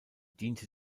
diente